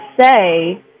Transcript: say